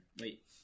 Wait